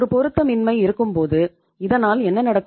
ஒரு பொருத்தமின்மை இருக்கும்போது இதனால் என்ன நடக்கும்